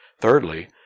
Thirdly